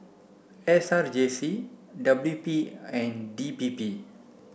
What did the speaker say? S R J C W P and D P P